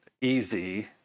easy